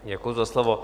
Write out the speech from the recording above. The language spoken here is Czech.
Děkuji za slovo.